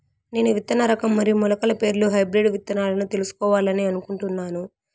నేను విత్తన రకం మరియు మొలకల పేర్లు హైబ్రిడ్ విత్తనాలను తెలుసుకోవాలని అనుకుంటున్నాను?